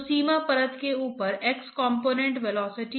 तो अब सवाल यह है कि हम इस प्रक्रिया को कैसे मापें